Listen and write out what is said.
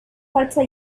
forza